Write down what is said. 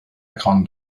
grande